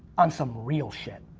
on some real shit.